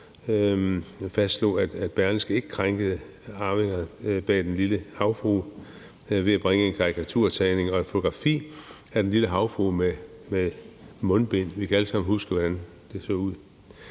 fastslog, at Berlingske ikke krænkede arvingerne til Den Lille Havfrue ved at bringe en karikaturtegning og et fotografi af Den Lille Havfrue med mundbind. Vi kan alle sammen huske, hvordan det så ud.